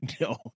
no